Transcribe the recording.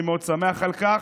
אני מאוד שמח על כך,